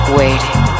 waiting